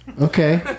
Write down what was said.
Okay